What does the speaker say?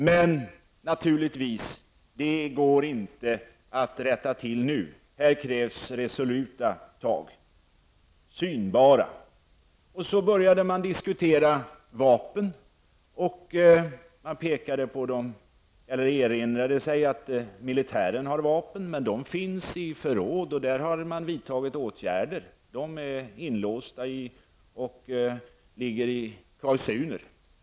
Men det går naturligtvis inte att rätta till nu. Här krävs det resoluta och synbara tag. Man började diskutera detta med vapen. Man erinrade sig att militären har vapen. Men dessa vapen finns i förråd, och i det sammanhanget har åtgärder vidtagits. Vapnen är alltså inlåsta och ligger i kassuner.